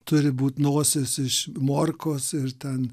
turi būt nosies iš morkos ir ten